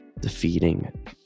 defeating